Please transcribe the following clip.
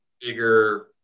bigger